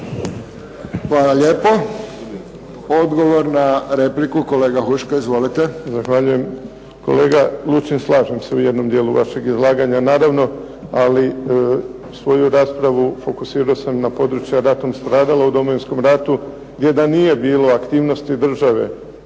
Hvala lijepo. Odgovor na repliku, kolega Huška. Izvolite. **Huška, Davor (HDZ)** Zahvaljujem. Kolega Lučin slažem se u jednom dijelu vašeg izlaganja naravno, ali svoju raspravu fokusirao sam na područja ratom stradala u Domovinskom ratu jer da nije bilo aktivnosti države